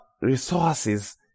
resources